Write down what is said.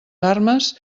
armes